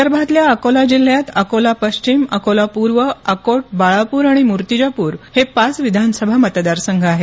विदर्भातल्या अकोला जिल्ह्यात अकोला पश्चिम अकोला पूर्व अकोट बाळापूर आणि मूर्तिजापूर हे पाच विधानसभा मतदारसंघ आहेत